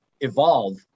evolve